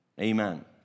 Amen